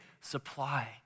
supply